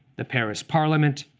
the paris parliament,